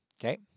okay